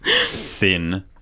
thin